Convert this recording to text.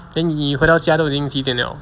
then 你回到家都已经几点了